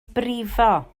brifo